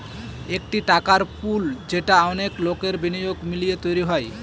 একটি টাকার পুল যেটা অনেক লোকের বিনিয়োগ মিলিয়ে তৈরী হয়